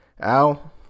Al